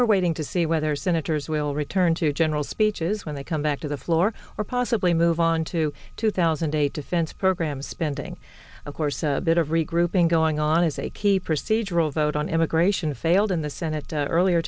we're waiting to see whether senators will return to general speeches when they come back to the floor or possibly move on to two thousand and eight defense program spending of course a bit of regrouping going on as a key procedural vote on immigration failed in the senate earlier